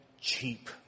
cheap